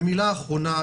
מילה אחרונה,